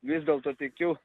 vis dėlto tikiu